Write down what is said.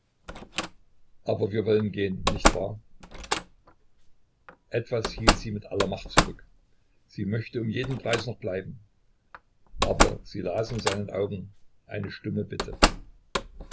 aber wir wollen gehen nicht wahr etwas hielt sie mit aller macht zurück sie möchte um jeden preis noch bleiben aber sie las in seinen augen eine stumme bitte